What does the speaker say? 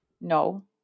No